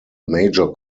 major